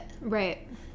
Right